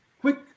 quick